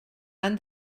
han